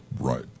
Right